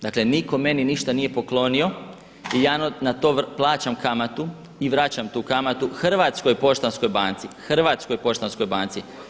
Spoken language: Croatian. Dakle, nitko meni ništa nije poklonio i ja na to plaćam kamatu i vraćam tu kamatu Hrvatskoj poštanskoj banci, Hrvatskoj poštanskoj banci.